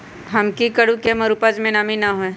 हम की करू की हमर उपज में नमी न होए?